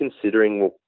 considering